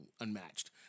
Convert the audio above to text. unmatched